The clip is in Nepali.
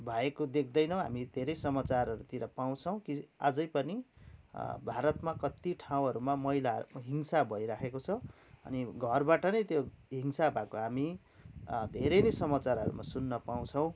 भएको देख्दैनौँ हामी धेरै समाचारहरूतिर पाउँछौँ कि अझै पनि भारतमा कति ठाउँहरूमा महिलाहरूको हिंसा भइराखेको छ अनि घरबाट नै त्यो हिंसा भएको हामी धेरै नै समाचारहरूमा सुन्न पाउँछौँ